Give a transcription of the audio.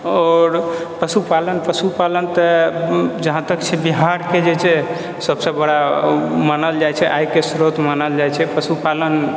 आओर पशुपालन पशुपालन तऽ जहाँ तक छै बिहारके जे छै सबसँ बड़ा मानल जाइ छै आयके स्रोत मानल जाय छै पशुपालन